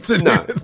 no